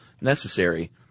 necessary